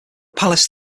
palace